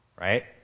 Right